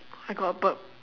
I got a burp